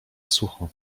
sucho